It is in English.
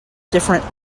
different